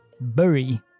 bury